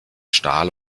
stahl